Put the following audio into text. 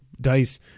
DICE